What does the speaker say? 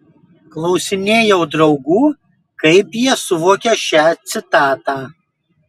klausinėjau draugų kaip jie suvokia šią citatą